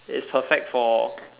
it's perfect for